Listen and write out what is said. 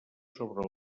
sobre